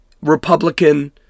Republican